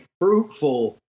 fruitful